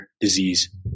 disease